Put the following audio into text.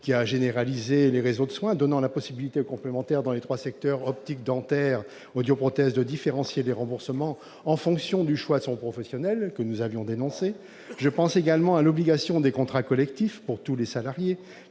qui a généralisé les réseaux de soins. Dans ce cadre, possibilité a été donnée aux complémentaires dans les trois secteurs- optique, dentaire, audioprothèse -de différencier les remboursements en fonction du choix de son professionnel. Nous l'avions dénoncé. Je pense également à l'obligation des contrats collectifs pour tous les salariés,